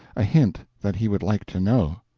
a hint that he would like to know.